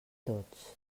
tots